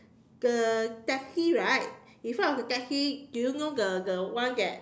the taxi right in front of the taxi do you know the the one that